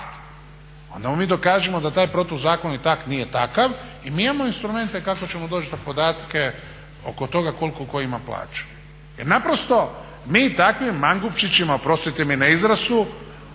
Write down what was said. onda mu mi dokažimo da taj protuzakoniti akt nije takav i mi imamo instrumente kako ćemo doći do podataka oko toga koliko tko ima plaću. Jer naprosto mi takvim mangupčićima, oprostite mi na izrazu,